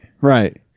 right